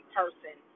person